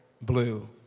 blue